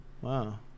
Wow